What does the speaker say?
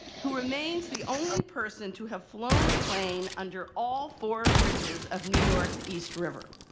who remains the only person to have flown a plane under all four bridges of new york's east river.